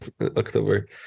October